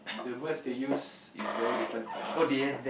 the words they use is very different from us